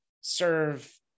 serve